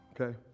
okay